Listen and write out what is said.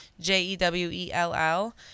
j-e-w-e-l-l